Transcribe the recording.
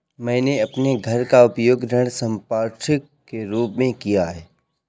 मैंने अपने घर का उपयोग ऋण संपार्श्विक के रूप में किया है